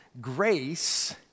grace